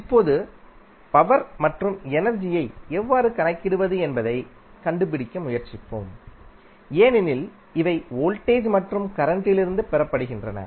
இப்போது பவர் மற்றும் எனர்ஜியை எவ்வாறு கணக்கிடுவது என்பதைக் கண்டுபிடிக்க முயற்சிப்போம் ஏனெனில் இவை வோல்டேஜ் மற்றும் கரண்ட்டிலிருந்து பெறப்படுகின்றன